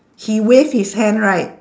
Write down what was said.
he wave his hand right